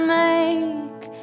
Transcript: make